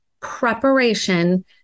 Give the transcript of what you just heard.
preparation